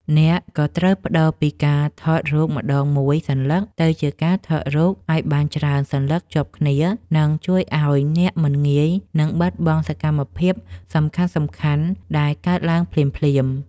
អ្នកក៏ត្រូវប្ដូរពីការថតរូបម្ដងមួយសន្លឹកទៅជាការថតរូបឱ្យបានច្រើនសន្លឹកជាប់គ្នា និង ជួយឱ្យអ្នកមិនងាយនឹងបាត់បង់សកម្មភាពសំខាន់ៗដែលកើតឡើងភ្លាមៗ។